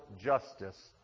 justice